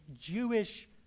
Jewish